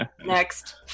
next